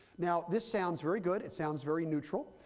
now this sounds very good. it sounds very neutral.